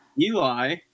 Eli